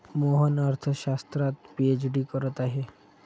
मोहन अर्थशास्त्रात पीएचडी करत आहे